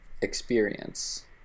experience